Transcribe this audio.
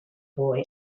boy